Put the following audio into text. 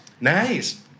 Nice